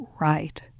right